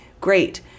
Great